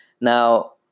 Now